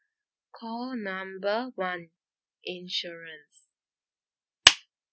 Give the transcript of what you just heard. call number one insurance